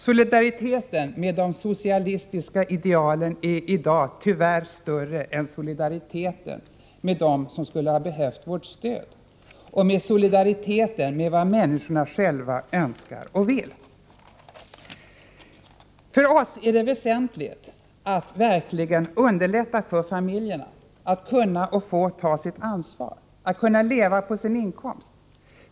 Solidariteten med de socialistiska idealen är i dag tyvärr större än solidariteten med dem som skulle ha behövt vårt stöd och större än hänsynen till vad människorna själva önskar och vill. För oss är det väsentligt att verkligen underlätta för familjerna att ta sitt ansvar — att kunna leva på sin inkomst.